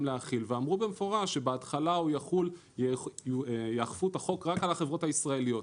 להחיל ואמרו במפורש שבהתחלה יאכפו את החוק רק על החברות הישראליות.